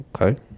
Okay